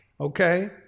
Okay